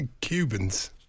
Cubans